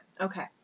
Okay